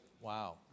Wow